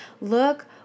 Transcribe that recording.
Look